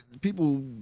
people